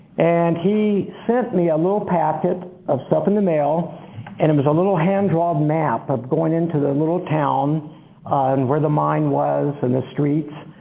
and he sent me a little packet of stuff in the mail and and there was a little hand drawn map of going into the little town and where the mine was and the streets